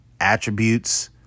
attributes